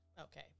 Okay